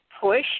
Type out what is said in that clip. push